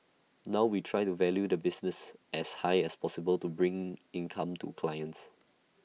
now we try to value the business as high as possible to bring income to clients